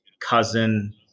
cousin